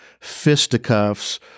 fisticuffs